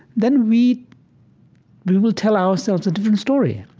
then we we will tell ourselves a different story.